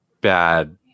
bad